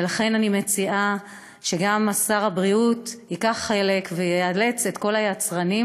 ולכן אני מציעה שגם שר הבריאות ייקח חלק ויאלץ את כל היצרנים